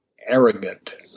arrogant